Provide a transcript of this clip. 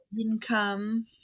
income